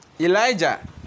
Elijah